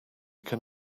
can